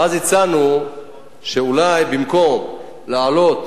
ואז הצענו שאולי במקום להעלות